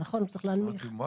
נכון, הוא צריך להנמיך.